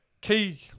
key